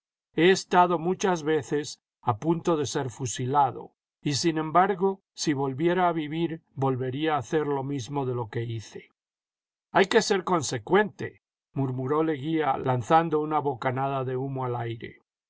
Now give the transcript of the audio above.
he estado muchas veces a punto de ser fusilado y sin embargo si volviera a vivir volvería a hacerlo mismo de lo que hice hay que ser consecuente murmuró leguía lanzando una bocanada de humo al aire